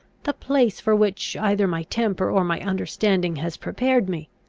the place for which either my temper or my understanding has prepared me!